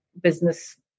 business